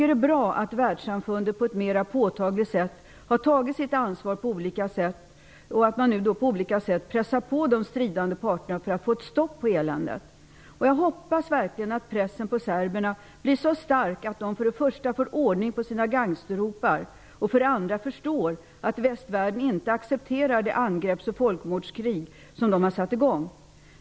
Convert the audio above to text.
Det är bra att världssamfundet på ett mer påtagligt sätt har tagit sitt ansvar och att man nu pressar på de stridande parterna för att få ett stopp på eländet. Jag hoppas verkligen att pressen på serberna blir så stark att de för det första får ordning på sina gangstrar och för det andra förstår att västvärlden inte accepterar det angreppsoch folkmordskrig som de har satt i gång.